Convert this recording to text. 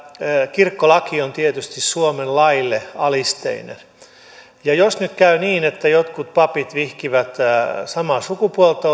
kirkkolaki on tietysti suomen laille alisteinen jos nyt käy niin että jotkut papit vihkivät samaa sukupuolta